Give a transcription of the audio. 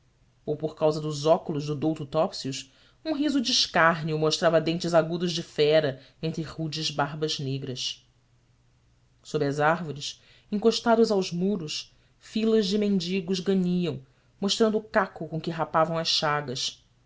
ou por causa dos óculos do douto topsius um riso de escárnio mostrava dentes agudos de fera entre rudes barbas negras sobre as árvores encostados aos muros filas de mendigos ganiam mostrando o caco com que rapavam as chagas